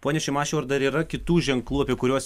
pone šimašiau ar dar yra kitų ženklų apie kuriuos